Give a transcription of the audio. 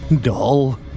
dull